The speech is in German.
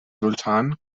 sultan